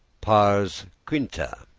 pars quinta.